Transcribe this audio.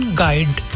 guide